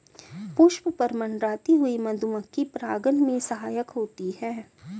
पुष्प पर मंडराती हुई मधुमक्खी परागन में सहायक होती है